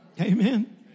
Amen